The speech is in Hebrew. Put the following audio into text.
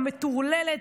המטורללת,